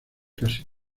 casi